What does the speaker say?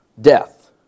death